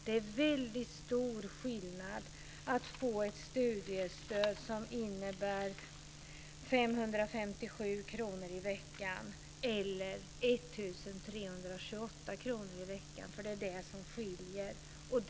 Det är en väldigt stor skillnad mellan att få ett studiestöd om 557 kr i veckan och att få ett studiestöd om 1 328 kr i veckan. Så stor är skillnaden.